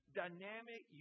dynamic